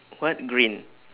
what green